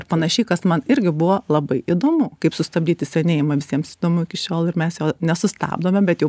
ir panašiai kas man irgi buvo labai įdomu kaip sustabdyti senėjimą visiems įdomu iki šiol ir mes jo nesustabdome bet jau